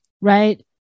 right